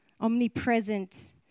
omnipresent